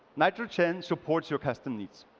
nitrogen supports your custom needs.